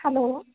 hello